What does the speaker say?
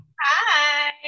Hi